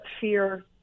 fear